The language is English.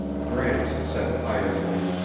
gramps said piously,